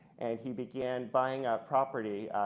and he began buying up property,